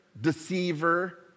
deceiver